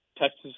Texas